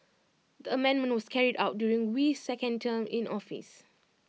the amendment was carried out during Wee's second term in office